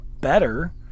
better